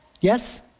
Yes